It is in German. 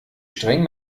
streng